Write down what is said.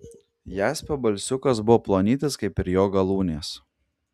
jaspio balsiukas buvo plonytis kaip ir jo galūnės